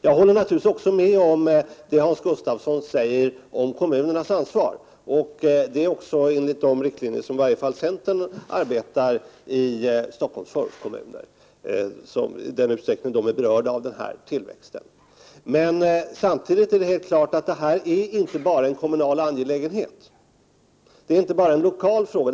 Jag håller naturligtvis också med om det som Hans Gustafsson sade rörande kommunernas ansvar. Det är även i enlighet med de riktlinjer som i varje fall centerpartiet arbetar efter i Stockholms förortskommuner, i den utsträckning som de är berörda av denna tillväxt. Men samtidigt är det helt klart att detta inte bara är en kommunal angelägenhet. Det är inte bara en lokal fråga.